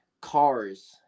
cars